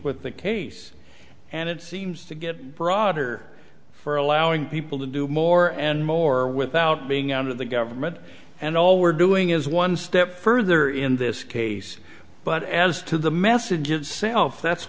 with the case and it seems to get broader for allowing people to do more and more without being out of the government and all we're doing is one step further in this case but as to the message of self that's